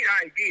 idea